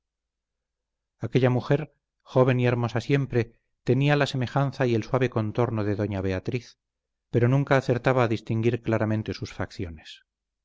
aquella mujer joven y hermosa siempre tenía la semejanza y el suave contorno de doña beatriz pero nunca acertaba a distinguir claramente sus facciones